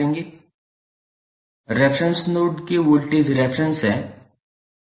reference node के voltage reference हैं